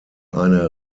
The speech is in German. eine